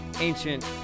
ancient